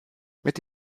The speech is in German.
mit